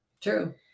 True